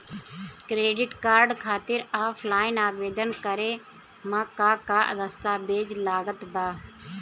Credit card खातिर offline आवेदन करे म का का दस्तवेज लागत बा?